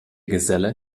geselle